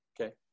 Okay